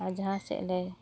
ᱟᱨ ᱡᱟᱦᱟᱸ ᱥᱮᱫ ᱞᱮ